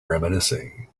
reminiscing